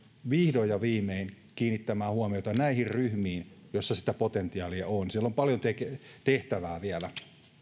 vihdoin ja viimein kiinnittämään huomiota näihin ryhmiin joissa sitä potentiaalia on siellä on paljon tehtävää vielä